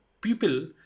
people